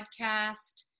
podcast